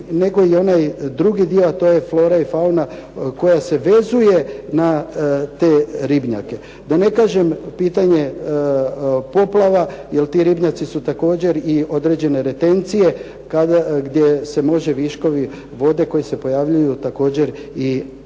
nego i onaj drugi dio, a to je flora i fauna koja se vezuje na te ribnjake. Da ne kažem pitanje poplava, jer ti ribnjaci su također i određene retencije, gdje se može viškovi vode koji se pojavljuju također i